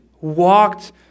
walked